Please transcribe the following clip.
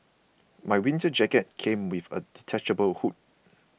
my winter jacket came with a detachable hood